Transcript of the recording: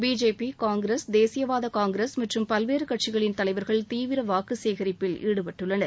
BJP Congress தேசியவாத காங்கிரஸ் மற்றும் பல்வேறு கட்சிகளின் தலைவாகள் தீவிர வாக்குசேகரிப்பில் ஈடுபட்டுள்ளனர்